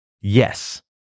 Yes